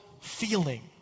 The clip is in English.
feeling